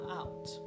out